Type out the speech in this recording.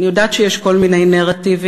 אני יודעת שיש כל מיני נרטיבים,